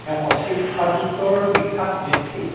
তেওঁ সংস্কৃত সাহিত্যৰ বিখ্যাত ব্যক্তি